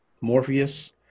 morpheus